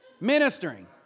ministering